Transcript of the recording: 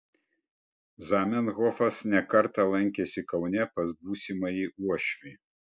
zamenhofas ne kartą lankėsi kaune pas būsimąjį uošvį